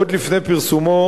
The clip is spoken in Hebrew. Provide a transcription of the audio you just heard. עוד לפני פרסומו,